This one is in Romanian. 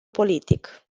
politic